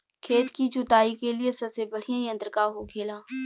खेत की जुताई के लिए सबसे बढ़ियां यंत्र का होखेला?